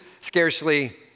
scarcely